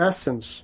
essence